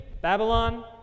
Babylon